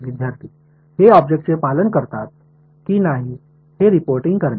विद्यार्थीः हे ऑब्जेक्टचे पालन करतात की नाही हे रिपोर्टिंग करणे